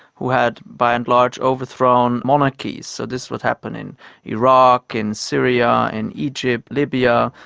who had by and large overthrown monarchies. so this would happen in iraq, in syria, in egypt, libya,